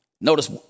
Notice